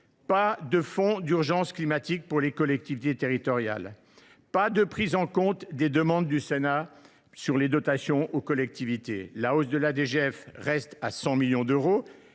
pas de fonds d’urgence climatique pour les collectivités territoriales, pas de prise en compte des demandes du Sénat sur les dotations aux collectivités : la hausse de la dotation globale de